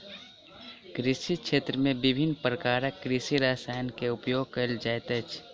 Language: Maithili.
कृषि क्षेत्र में विभिन्न प्रकारक कृषि रसायन के उपयोग कयल जाइत अछि